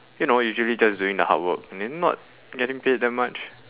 you know usually just doing the hard work and they're not getting paid that much